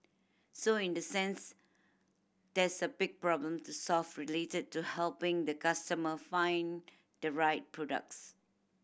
so in the sense there's a big problem to solve related to helping the customer find the right products